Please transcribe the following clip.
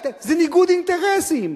זה ניגוד אינטרסים.